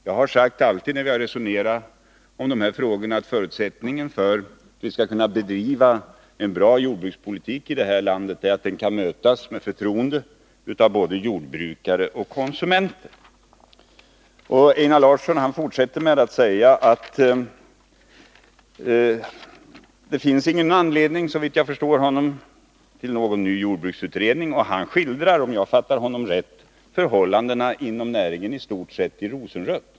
Jag har alltid sagt, när vi har resonerat om de här frågorna, att förutsättningen för att vi skall kunna bedriva en bra jordbrukspolitik i det här landet är att den kan mötas med förtroende av både jordbrukare och konsumenter. Einar Larsson sade vidare — om jag förstod honom rätt — att det inte finns någon anledning att tillsätta en ny jordbruksutredning. Han skildrar förhållandena inom näringen i stort sett i rosenrött.